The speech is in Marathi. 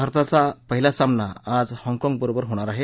भारताचा पहिला सामना आज हाँगकाँग बरोबर होणार आहे